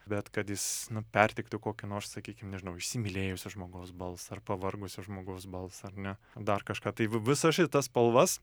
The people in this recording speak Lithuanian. bet kad jis nu perteiktų kokį nors sakykim nežinau įsimylėjusio žmogaus balsą ar pavargusio žmogaus balsą ar ne dar kažką tai v v visas šitas spalvas